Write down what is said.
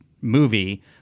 movie